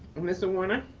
mr. warner.